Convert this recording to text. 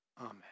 Amen